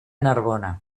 narbona